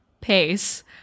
pace